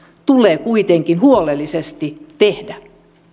tulee kuitenkin huolellisesti tehdä